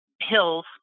hill's